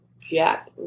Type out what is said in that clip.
Jack